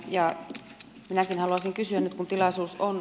minäkin haluaisin kysyä nyt kun tilaisuus on